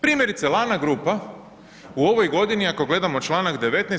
Primjerice Lana grupa u ovoj godini, ako gledamo čl. 19.